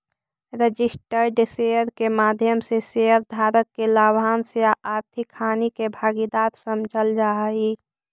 registered share के माध्यम से शेयर धारक के लाभांश या आर्थिक हानि के भागीदार समझल जा हइ